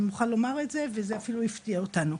אני מוכרחה לומר את זה וזה אפילו הפתיע אותנו.